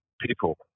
people